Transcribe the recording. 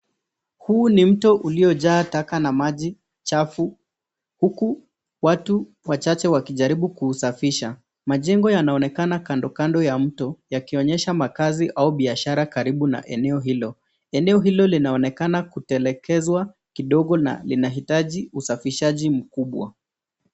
Huu ni mto uliojaa taka na maji chafu huku watu wachache wakijaribu kuusafisha. Majengo yanaonekana kando kando ya mto yakionyesha makazi au biashara karibu na eneo hilo. Eneo hilo linaonekana kutelekezwa kidogo na linahitaji usafishaji mkubwa.